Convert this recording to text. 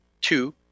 two